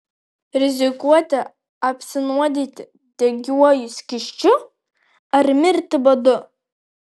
rizikuoti apsinuodyti degiuoju skysčiu ar mirti badu